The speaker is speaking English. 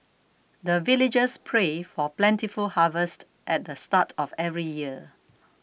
the villagers pray for plentiful harvest at the start of every year